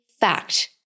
fact